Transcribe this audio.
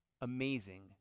amazing